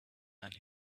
and